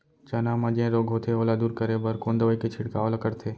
चना म जेन रोग होथे ओला दूर करे बर कोन दवई के छिड़काव ल करथे?